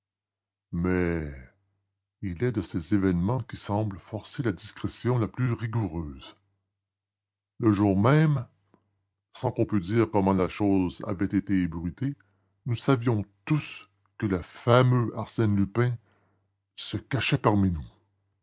mais il est de ces événements qui semblent forcer la discrétion la plus rigoureuse le jour même sans qu'on pût dire comment la chose avait été ébruitée nous savions tous que le fameux arsène lupin se cachait parmi nous